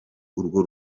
urwo